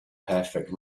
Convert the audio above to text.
perfect